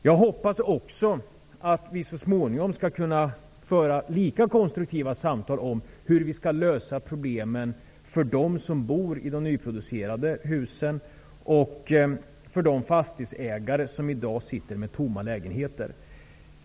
Jag hoppas att vi så småningom skall kunna föra lika konstruktiva samtal om hur vi skall lösa problemen för dem som bor i de nyproducerade husen och för de fastighetsägare som i dag sitter med tomma lägenheter.